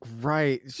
right